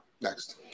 Next